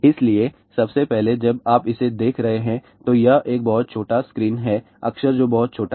इसलिए सबसे पहले जब आप इसे देख रहे हैं तो यह एक बहुत छोटा स्क्रीन है अक्षर जो बहुत छोटा है